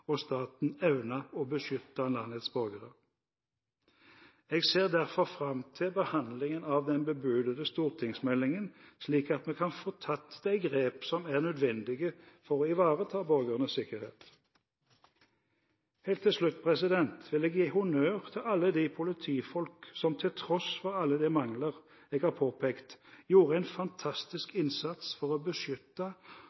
og staten evnet å beskytte landets borgere. Jeg ser derfor fram til behandlingen av den bebudede stortingsmeldingen, slik at vi kan få tatt de grep som er nødvendige for å ivareta borgernes sikkerhet. Helt til slutt vil jeg gi honnør til alle de politifolk som til tross for alle de mangler jeg har påpekt, gjorde en fantastisk